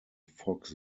fox